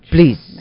Please